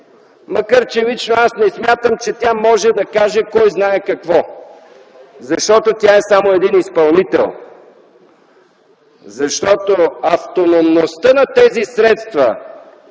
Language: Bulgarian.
макар лично аз не смятам, че тя може да каже кой знае какво. Защото е само един изпълнител, защото автономността на тези средства,